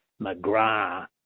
McGrath